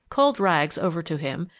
called rags over to him,